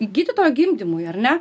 gydytojo gimdymui ar ne